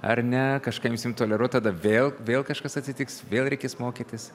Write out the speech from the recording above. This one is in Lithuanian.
ar ne kažką imsim toleruot tada vėl vėl kažkas atsitiks vėl reikės mokytis